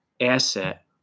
asset